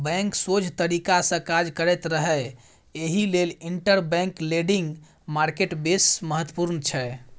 bank सोझ तरीकासँ काज करैत रहय एहि लेल इंटरबैंक लेंडिंग मार्केट बेस महत्वपूर्ण छै